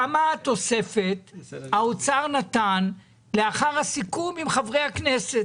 כמה תוספת האוצר נתן לאחר הסיכום עם חברי הכנסת?